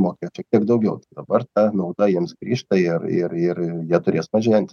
mokėt šiek tiek daugiau tai dabar ta nauda jiems grįžta ir ir ir jie turės mažėjantį